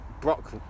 Brock